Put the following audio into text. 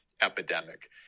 epidemic